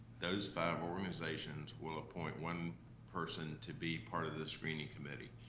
those five organizations will appoint one person to be part of the screening committee,